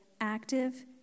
active